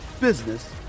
business